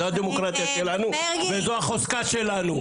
זאת המדינה שלנו, וזאת החוזקה שלנו.